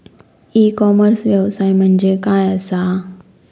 E commerce व्यवसाय म्हणजे काय असा?